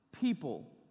people